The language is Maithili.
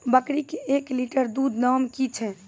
बकरी के एक लिटर दूध दाम कि छ?